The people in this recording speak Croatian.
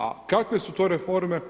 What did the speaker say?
A kakve su to reforme?